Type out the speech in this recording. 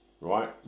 right